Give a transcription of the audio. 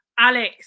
Alex